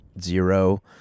zero